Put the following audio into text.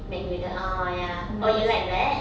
mcgriddle oh ya oh you like that